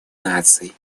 наций